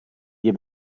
via